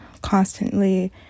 constantly